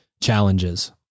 challenges